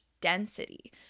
density